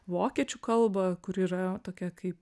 vokiečių kalbą kuri yra tokia kaip